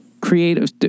creative